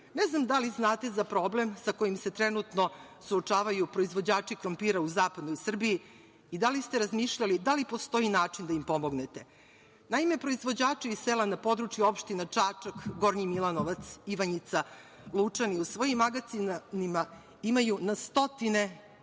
Ne znam da li znate za problem sa kojim se trenutno suočavaju proizvođači krompira u zapadnoj Srbiji i da li ste razmišljali da li postoji način da im pomognete. Naime, proizvođači iz sela na području opštine Čačak, Gornji Milanovac, Ivanjica, Lučani u svojim magacinima imaju na stotine vagona